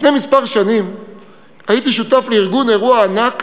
לפני כמה שנים הייתי שותף לארגון אירוע ענק